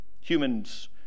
humans